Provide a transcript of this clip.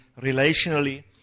relationally